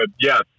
yes